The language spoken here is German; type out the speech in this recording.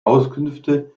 auskünfte